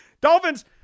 Dolphins